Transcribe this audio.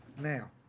Now